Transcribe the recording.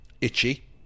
itchy